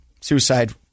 suicide –